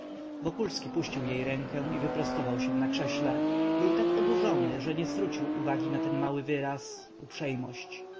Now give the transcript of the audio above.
uprzejmość wokulski puścił jej rękę i wyprostował się na krześle był tak odurzony że nie zwrócił uwagi na ten mały wyraz uprzejmość